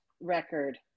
record